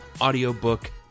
audiobook